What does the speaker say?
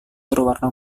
berwarna